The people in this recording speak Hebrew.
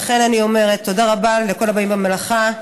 לכן, אני אומרת, תודה רבה לכל העוסקים במלאכה.